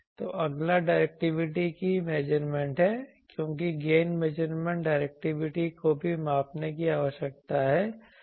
तो अगला डायरेक्टिविटी की मेजरमेंट है क्योंकि गेन मेजरमेंट डायरेक्टिविटी को भी मापने की आवश्यकता है